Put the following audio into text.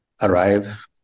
arrive